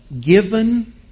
given